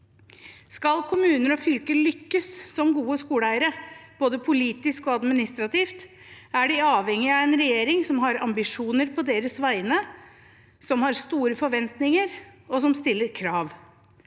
Skal kommuner og fylker lykkes som gode skoleeiere, både politisk og administrativt, er de avhengig av en regjering som har ambisjoner på deres vegne, som har store forventninger, og som stiller krav.